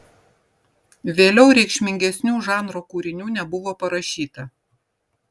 vėliau reikšmingesnių žanro kūrinių nebuvo parašyta